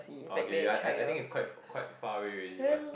okay ya I I think it's quite f~ quite far away already but